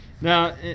Now